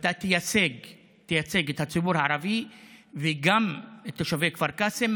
ואתה תייצג את הציבור הערבי וגם את תושבי כפר קאסם,